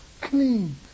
clean